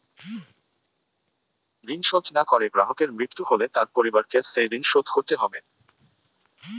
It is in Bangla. ঋণ শোধ না করে গ্রাহকের মৃত্যু হলে তার পরিবারকে সেই ঋণ শোধ করতে হবে?